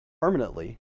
permanently